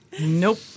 nope